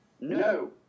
No